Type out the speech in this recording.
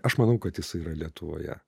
aš manau kad jisai yra lietuvoje